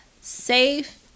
safe